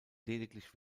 lediglich